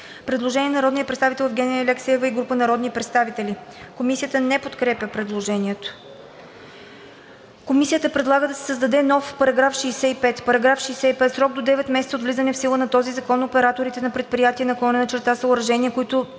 Предложение на народния представител Евгения Алексиева и група народни представители. Комисията не подкрепя предложението. Комисията предлага да се създаде нов § 65: „§ 65. В срок до 9 месеца от влизане в сила на този закон операторите на предприятия/съоръжения, които